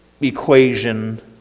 equation